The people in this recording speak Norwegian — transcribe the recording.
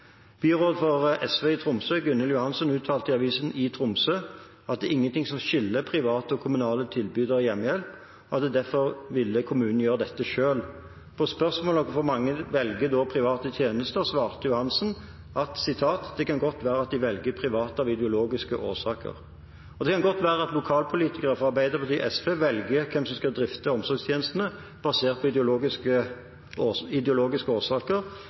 Byråd i Tromsø, Gunhild Johansen fra SV, uttalte til avisen iTromsø at det er ingenting som skiller private og kommunale tilbydere av hjemmehjelp, og at kommunen derfor ville gjøre dette selv. På spørsmål om hvorfor mange da velger private tjenester, svarte Johansen: «Det kan godt være de velger privat av ideologiske årsaker.» Det kan godt være at lokalpolitikere fra Arbeiderpartiet og SV velger hvem som skal drifte omsorgstjenestene basert på